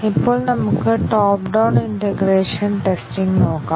ഇപ്പോൾ നമുക്ക് top down integration testing നോക്കാം